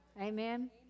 Amen